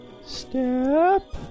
Step